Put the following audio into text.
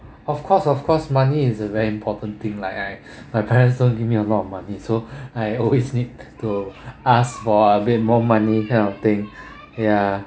of course of course money is a very important thing like I my parents don't give me a lot of money so I always need to ask for a bit more money kind of thing ya